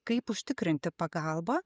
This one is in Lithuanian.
kaip užtikrinti pagalbą